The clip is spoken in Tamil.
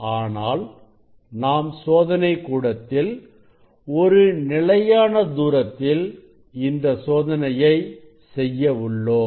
ஆனால் நாம் சோதனை கூடத்தில் ஒரு நிலையான தூரத்தில் இந்த சோதனையை செய்ய உள்ளோம்